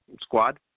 squad